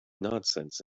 nonsense